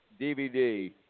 DVD